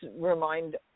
remind